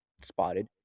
spotted